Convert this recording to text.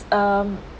um